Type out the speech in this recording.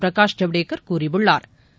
பிரகாஷ் ஜவ்டேகர் கூறியுள்ளா்